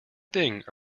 thing